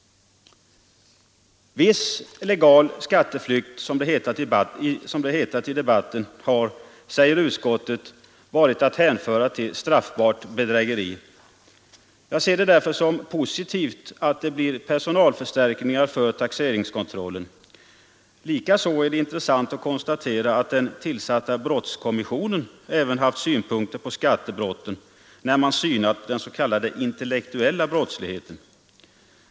Viss ”legal skatteflykt”, som det hetat i debatten, har, säger utskottet, varit att hänföra till straffbart bedrägeri. Jag ser det därför som positivt att det blir personalförstärkningar för taxeringskontrollen. Likaså är det intressant att konstatera att den tillsatta brottskommissionen även haft synpunkter på skattebrotten när man synat den s.k. intellektuella brottsligheten.